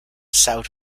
south